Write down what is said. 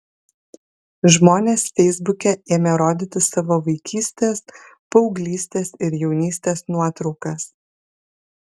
žmonės feisbuke ėmė rodyti savo vaikystės paauglystės ir jaunystės nuotraukas